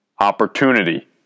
opportunity